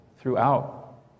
throughout